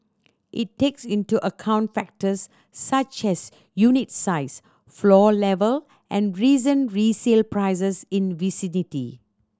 it takes into account factors such as unit size floor level and recent resale prices in vicinity